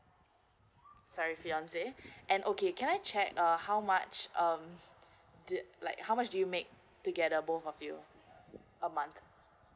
sorry fiance and okay can I check uh how much um the like how much do you make together both of you a month